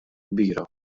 kbira